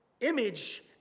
image